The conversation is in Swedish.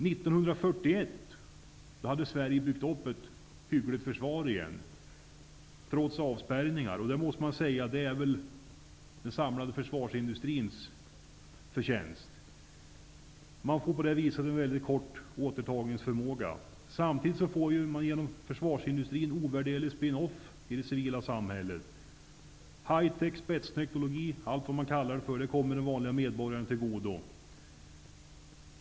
1941 hade Sverige byggt upp ett hyggligt försvar trots avspärrningarna. Det torde ha varit den samlade försvarsindustrins förtjänst. Genom försvarsindustrin får man en väldigt stor återtagningsförmåga. Samtidigt får man en ovärderlig spin-off i det civila samhället. Hitech och spetsteknologi, allt vad man kallar det för, kommer den vanliga medborgaren till godo.